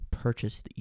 Purchase